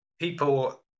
people